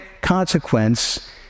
consequence